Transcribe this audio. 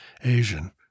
Asian